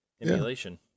emulation